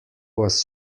was